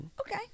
Okay